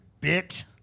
bit